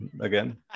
again